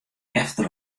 efter